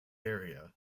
area